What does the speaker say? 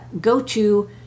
go-to